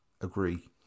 agree